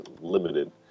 limited